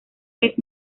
vez